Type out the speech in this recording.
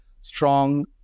strong